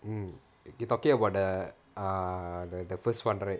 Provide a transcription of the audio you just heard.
mm you talking about the err the first [one] right